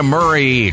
Murray